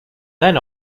then